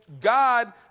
God